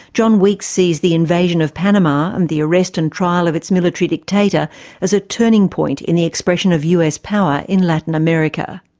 john weeks sees the invasion of panama and the arrest and trial of its military dictator as a turning point in the expression of us power in latin america.